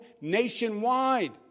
nationwide